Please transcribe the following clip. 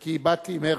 כי באתי עם הרצוג,